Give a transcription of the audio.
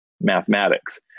mathematics